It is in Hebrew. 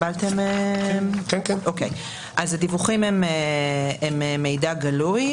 הדיווחים הם מידע גלוי.